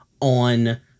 on